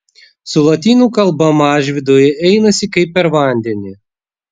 su lotynų kalba mažvydui einasi kaip per vandenį